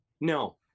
No